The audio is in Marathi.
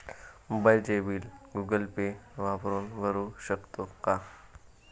मोबाइलचे बिल गूगल पे वापरून भरू शकतो का?